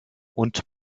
und